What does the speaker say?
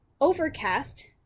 Overcast